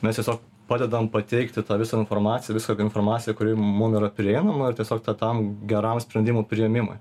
mes tiesiog padedam pateikti tą visą informaciją visą informaciją kuri mum yra prieinama ir tiesiog tam geram sprendimų priėmimui